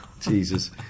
Jesus